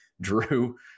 Drew